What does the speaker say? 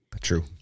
True